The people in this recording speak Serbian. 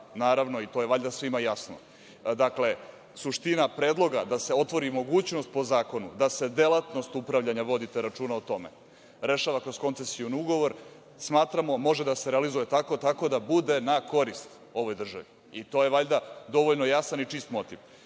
naravno, i to je valjda svima jasno. Dakle, suština predloga da se otvori mogućnost po zakonu, da se delatnost upravljanja, vodite računa o tome, rešava kroz koncesiju na ugovor. Smatramo može da se realizuje tako da bude na korist ovoj državi i to je valjda dovoljno jasan i čist motiv.